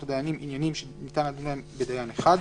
הדיינים (עניינים שניתן לדון בהם בדיין אחד),